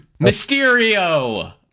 Mysterio